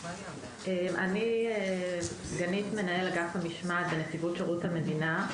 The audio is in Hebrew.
אני סגנית מנהל אגף המשמעת בנציבות שירות המדינה.